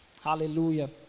Hallelujah